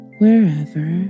wherever